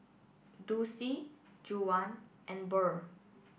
Dulcie Juwan and Burl